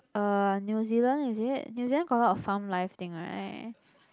uh New-Zealand is it New-Zealand got a lot of farm life thing right